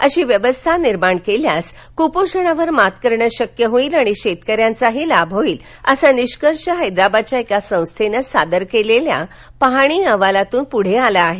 अशी व्यवस्था निर्माण केल्यास कुपोषणावर मात करणं शक्य होईल आणि शेतकऱ्यांचाही लाभ होईल असा निष्कर्ष हैदराबादच्या एका संस्थेनं सादर केलेल्या पाहणी अहवालातून प्ढे आला आहे